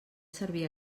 servir